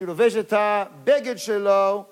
הוא לובש את הבגד שלו